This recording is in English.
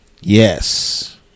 yes